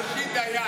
הרב הראשי דיין.